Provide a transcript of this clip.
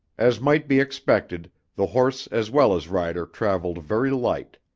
as might be expected, the horse as well as rider traveled very light.